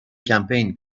کمپین